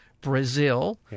Brazil